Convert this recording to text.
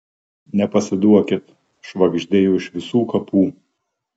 nepasiduokit švagždėjo iš visų kapų